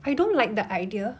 I don't like the idea